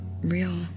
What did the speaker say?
real